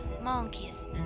monkeys